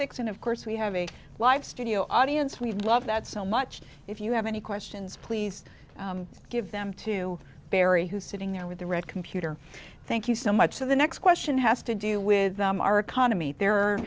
six and of course we have a live studio audience we love that so much if you have any questions please give them to barry who's sitting there with the red computer thank you so much for the next question has to do with them our economy there